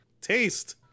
Taste